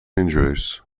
injuries